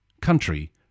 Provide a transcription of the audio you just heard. country